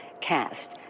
cast